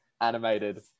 Animated